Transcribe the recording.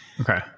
okay